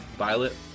violet